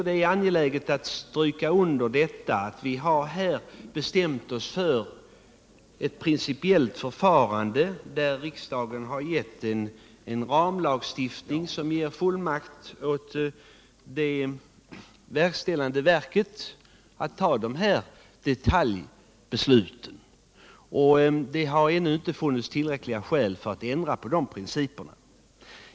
Det är angeläget att stryka under att vi här har bestämt oss för ett principiellt förfarande, där riksdagen beslutat om en ramlagstiftning som ger fullmakt åt det verkställande verket att fatta detaljbesluten. Och det har ännu inte funnits tillräckliga skäl för att ändra på de principerna.